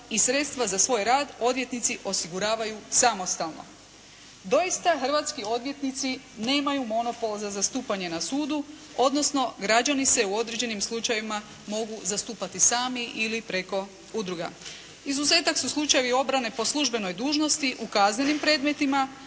i sredstva za svoj rad odvjetnici osiguravaju samostalno. Doista, hrvatski odvjetnici nemaju monopol za zastupanje na sudu, odnosno građani se u određenim slučajevima mogu zastupati sami ili preko udruga. Izuzetak su slučajevi obrane po službenoj dužnosti u kaznenim predmetima,